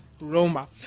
Roma